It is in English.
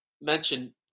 mention